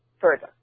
further